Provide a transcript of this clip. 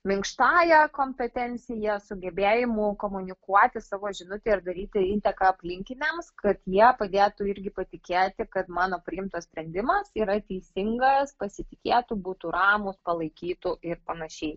minkštąja kompetencija sugebėjimu komunikuoti savo žinute ir daryti įtaką aplinkiniams kad jie padėtų irgi patikėti kad mano priimtas sprendimas yra teisingas pasitikėtų būtų ramūs palaikytų ir panašiai